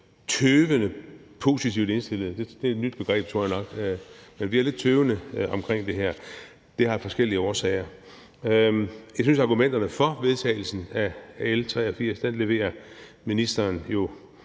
tøvende positivt indstillet. Det er et nyt begreb, tror jeg nok. Men vi er lidt tøvende med hensyn til det her, og det har forskellige årsager. Jeg synes, at argumenterne for vedtagelsen af L 83 jo bliver leveret af ministeren i